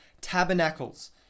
Tabernacles